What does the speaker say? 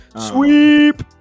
Sweep